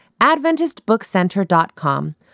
AdventistBookCenter.com